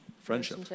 Friendship